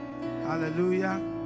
hallelujah